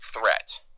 threat